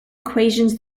equations